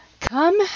come